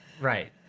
right